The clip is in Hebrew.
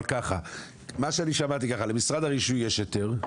אבל מה שאני שמעתי הוא שלמשרד הרישוי יש היתר,